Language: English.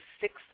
Six